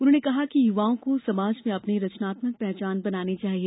उन्होंने कहा कि युवाओं को समाज में अपनी रचनात्मक पहचान बनाना चाहिए